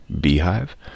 beehive